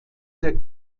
der